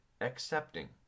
accepting